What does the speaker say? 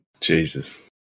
Jesus